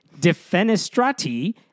Defenestrati